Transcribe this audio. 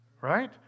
right